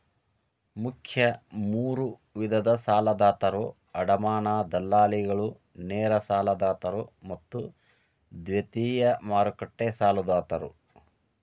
ಮುಖ್ಯ ಮೂರು ವಿಧದ ಸಾಲದಾತರು ಅಡಮಾನ ದಲ್ಲಾಳಿಗಳು, ನೇರ ಸಾಲದಾತರು ಮತ್ತು ದ್ವಿತೇಯ ಮಾರುಕಟ್ಟೆ ಸಾಲದಾತರು